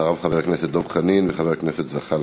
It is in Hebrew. אחריו, חבר הכנסת דב חנין וחבר הכנסת זחאלקה.